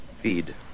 feed